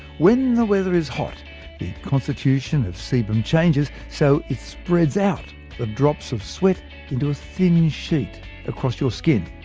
when the weather is hot, the constitution of sebum changes, so it spreads out the drops of sweat into a thin sheet across your skin.